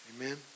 Amen